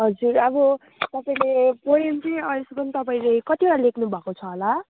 हजुर अब तपाईँले पोएम चाहिँ अहिलेसम्म तपाईँले कतिवटा लेख्नुभएको छ होला